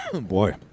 Boy